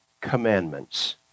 commandments